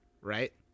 right